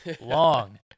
long